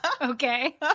Okay